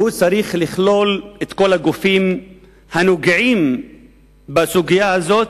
והוא צריך לכלול את כל הגופים הנוגעים בסוגיה הזאת,